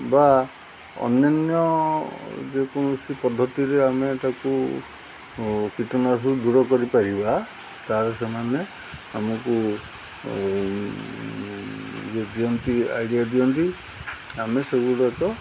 ବା ଅନ୍ୟାନ୍ୟ ଯେକୌଣସି ପଦ୍ଧତିରେ ଆମେ ତାକୁ କୀଟନାଶକ ଦୂର କରିପାରିବା ତା'ହେଲେ ସେମାନେ ଆମକୁ ଯେଉଁ ଦିଅନ୍ତି ଆଇଡ଼ିଆ ଦିଅନ୍ତି ଆମେ ସେଗୁଡ଼ାକ